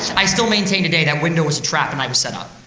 i still maintain today that window was a trap, and i was setup.